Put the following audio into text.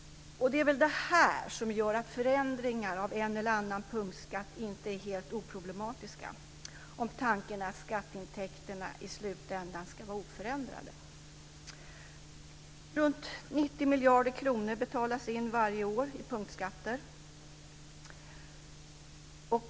Det är detta som gör att förändringar av en eller annan punktskatt inte är helt oproblematiska, om tanken är att skatteintäkterna i slutändan ska vara oförändrade. Varje år betalas ca 90 miljarder i punktskatter.